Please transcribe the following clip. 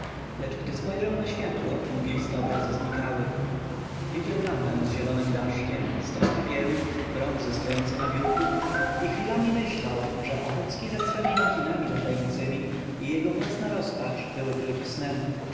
lecz gdy spojrzał na światło mgliste obrazy znikały widział lampę z zielonym daszkiem stos papierów bronzy stojące na biurku i chwilami myślał że ochocki ze swemi machinami latającemi i jego własna rozpacz były tylko snem